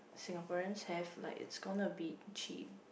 Singaporeans have like it's gonna be cheap